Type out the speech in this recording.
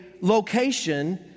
location